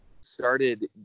started